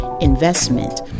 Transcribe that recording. investment